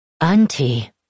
Auntie